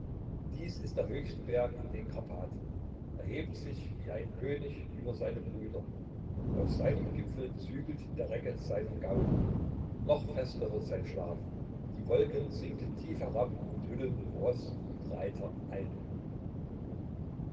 dies ist der höchste berg in den karpathen er hebt sich wie ein könig über seine brüder auf seinem gipfel zügelt der recke seinen gaul noch fester wird sein schlaf die wolken sinken tief herab und hüllen roß und reiter ein